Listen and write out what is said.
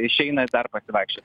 išeina dar pasivaikščiot